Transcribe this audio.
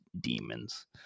demons